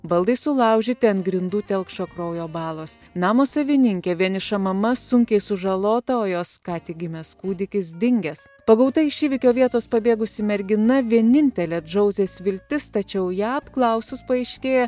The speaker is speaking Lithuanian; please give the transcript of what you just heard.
baldai sulaužyti ant grindų telkšo kraujo balos namo savininkė vieniša mama sunkiai sužalota o jos ką tik gimęs kūdikis dingęs pagauta iš įvykio vietos pabėgusi mergina vienintelė džauzės viltis tačiau ją apklausus paaiškėja